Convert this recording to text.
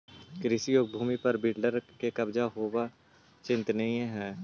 कृषियोग्य भूमि पर बिल्डर के कब्जा होवऽ चिंतनीय हई